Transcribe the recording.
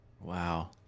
Wow